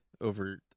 over